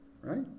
right